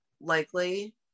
likely